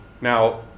Now